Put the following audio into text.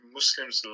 muslims